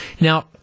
Now